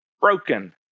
broken